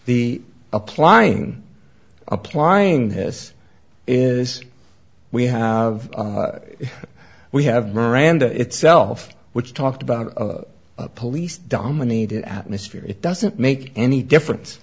the applying applying this is we have we have miranda itself which talked about police dominated atmosphere it doesn't make any difference